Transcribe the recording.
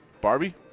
Barbie